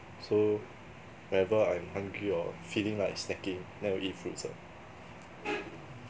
so whenever I'm hungry or feeling like snacking then I'll eat fruits ah